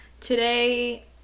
Today